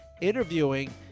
interviewing